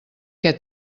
què